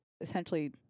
essentially